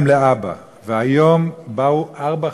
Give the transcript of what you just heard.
והוא היה להם לאבא.